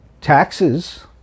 taxes